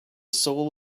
soul